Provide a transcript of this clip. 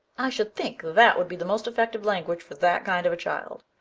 i should think that would be the most effective language for that kind of a child.